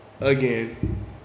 Again